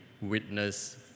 witness